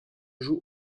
joue